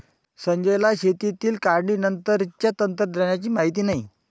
संजयला शेतातील काढणीनंतरच्या तंत्रज्ञानाची माहिती नाही